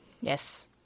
Yes